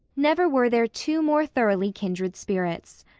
never were there two more thoroughly kindred spirits.